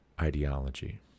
ideology